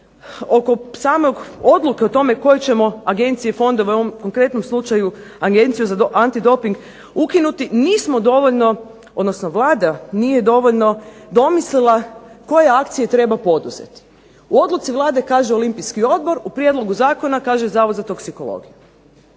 oko same odluke o tome koje ćemo agencije i fondove, u ovom konkretnom slučaju Agenciju za antidoping ukinuti, nismo dovoljno odnosno Vlada nije dovoljno domislila koje akcije treba poduzeti. U odluci Vlade kaže Olimpijski odbor, u prijedlogu zakona kaže Zavod za toksikologiju.